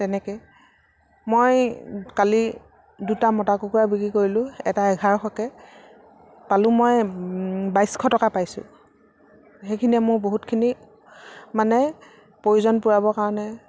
তেনেকৈ মই কালি দুটা মতা কুকুৰা বিক্ৰী কৰিলো এটা এঘাৰশকৈ পালো মই বাইছশ টকা পাইছো সেইখিনিয়ে মোৰ বহুতখিনি মানে প্ৰয়োজন পূৰাবৰ কাৰণে